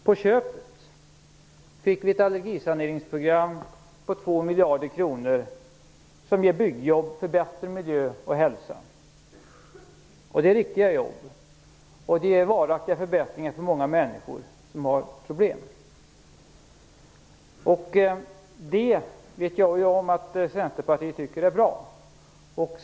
På köpet fick vi ett allergisaneringsprogram på 2 miljarder kronor som ger byggjobb för bättre miljö och hälsa. Det är riktiga jobb. Det ger varaktiga förbättringar för många människor som har problem. Jag vet att Centerpartiet tycker att detta är bra.